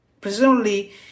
Presumably